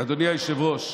אדוני היושב-ראש,